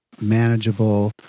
manageable